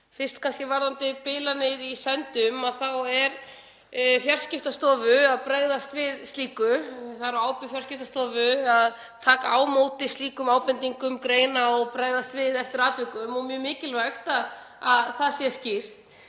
Fyrst kannski varðandi bilanir í sendum að þá er Fjarskiptastofa að bregðast við slíku. Það er á ábyrgð Fjarskiptastofu að taka á móti slíkum ábendingum, greina og bregðast við eftir atvikum og mjög mikilvægt að það sé skýrt.